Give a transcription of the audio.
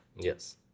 Yes